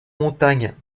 montagne